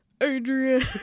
Adrian